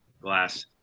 glass